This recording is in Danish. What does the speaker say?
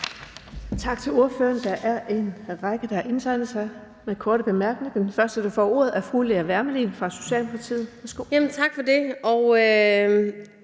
Tak til ordføreren. Der er en række spørgere, der har indtegnet sig til korte bemærkninger, og den første, der får ordet, er fru Lea Wermelin fra Socialdemokratiet. Værsgo. Kl.